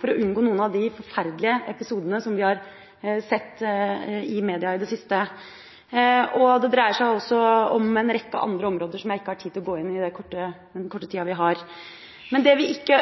for å unngå noen av de forferdelige episodene vi har sett i media i det siste. Det dreier seg også om en rekke andre områder som jeg ikke har tid til å gå inn på i løpet av den korte tiden jeg har. Det vi ikke